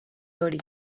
hori